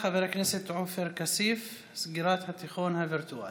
חבר הכנסת עופר כסיף: סגירת התיכון הווירטואלי,